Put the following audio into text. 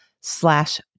slash